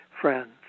friends